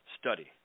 study